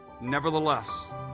Nevertheless